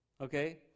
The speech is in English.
Okay